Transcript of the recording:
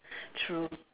true